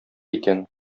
икән